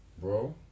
Bro